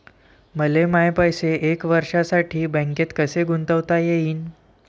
मले माये पैसे एक वर्षासाठी बँकेत कसे गुंतवता येईन?